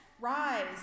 Rise